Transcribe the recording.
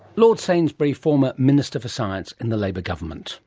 lord sainsbury, former minister for science in the labour government